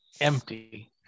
empty